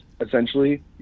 essentially